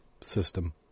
system